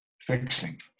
fixing